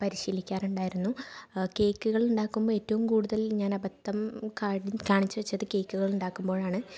പരിശീലിക്കാറുണ്ടായിരു കേക്കുകളുണ്ടാക്കുമ്പോൾ ഏറ്റവും കൂടുതൽ ഞാൻ അബദ്ധം കാണിച്ച് വച്ചത് കേക്കുകൾ ഉണ്ടാക്കുമ്പോഴാണ്